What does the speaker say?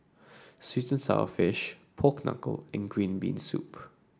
sweet and sour fish Pork Knuckle and Green Bean Soup